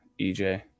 EJ